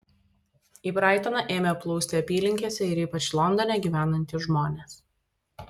į braitoną ėmė plūsti apylinkėse ir ypač londone gyvenantys žmonės